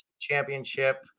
Championship